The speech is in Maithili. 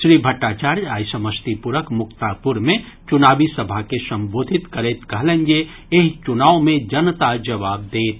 श्री भट्टाचार्य आइ समस्तीपुरक मुक्तापुर मे चुनावी सभा के संबोधित करैत कहलनि जे एहि चुनाव मे जनता जवाब देत